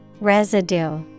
Residue